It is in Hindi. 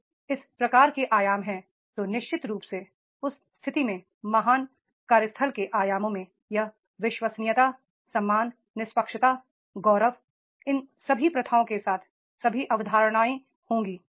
यदि इस प्रकार के आयाम हैं तो निश्चित रूप से उस स्थिति में महान कार्यस्थल के आयामों में यह विश्वसनीयता सम्मान निष्पक्षता गौरव इन सभी प्रथाओं के साथ सभी अवधारणाएं होंगी